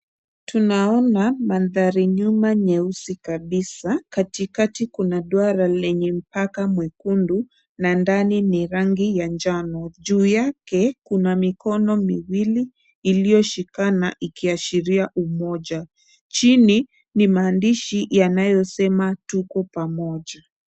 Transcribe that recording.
Tunaona mandhari nyuma nyeusi kabisa, katikati kuna duara lenye mpaka mwekundu, na ndani ni rangi ya njano. Juu yake kuna mikono miwili iliyoshikana ikiashiria umoja. Chini ni maandishi yanayosema tuko pamoja.